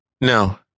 No